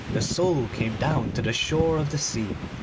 the soul came down to the shore of the sea,